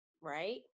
Right